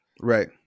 Right